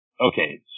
Okay